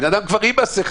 בן אדם כבר עם מסכה,